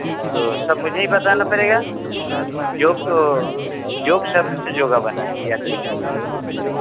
तो सब मुझे ही बताना पड़ेगा जो वह योग शब्द से योगा बना है याद रखिए